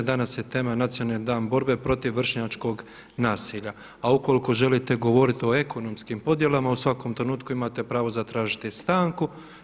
Danas je tema Nacionalni dan borbe protiv vršnjačkog nasilja, a ukoliko želite govoriti o ekonomskim podjelama u svakom trenutku imate pravo zatražiti stanku.